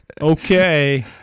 okay